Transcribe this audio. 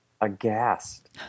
aghast